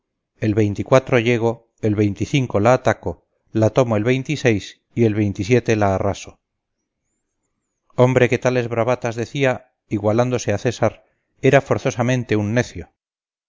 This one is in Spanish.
el llego el la ataco la tomo el y el la arraso hombre que tales bravatas decía igualándose a césar era forzosamente un necio